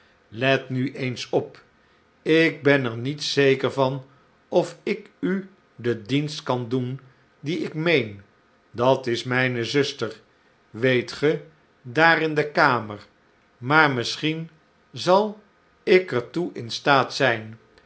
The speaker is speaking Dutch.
let nu eens op ik ben er niet zeker van of ik u den dienst kan doen dien ik meen dat is mijne zuster weet ge daar in de kamer maar misschien zal ik er toe in staat zijn